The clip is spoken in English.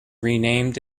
renamed